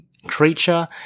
creature